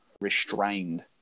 restrained